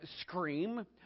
scream